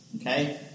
Okay